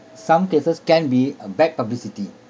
some cases can be a bad publicity